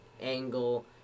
angle